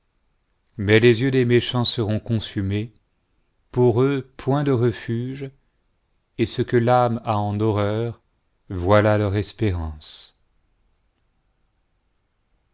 mais les yeux des méchants seront consumés pour eux point de refuge et ce que l'âme a en horreur voilà leur espérance